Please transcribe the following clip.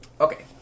okay